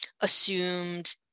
assumed